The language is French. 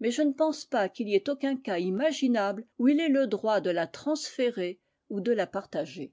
mais je ne pense pas qu'il y ait aucun cas imaginable où il ait le droit de la transférer ou de la partager